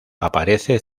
aparece